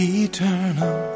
eternal